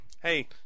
Hey